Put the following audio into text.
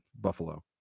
Buffalo